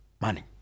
money